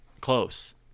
close